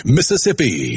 Mississippi